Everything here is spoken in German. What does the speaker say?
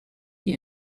die